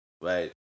right